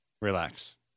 Relax